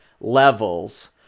levels